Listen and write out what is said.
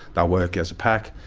they'll work as a pack.